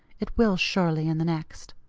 it will surely in the next.